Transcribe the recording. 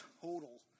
total